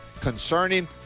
concerning